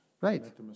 Right